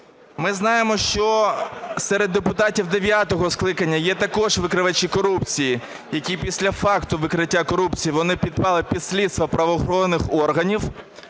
Ми знаємо, що серед депутатів дев'ятого скликання є також викривачі корупції, які після факту викриття корупції, вони підпали під слідство правоохоронних органів.